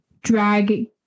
Drag